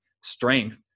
strength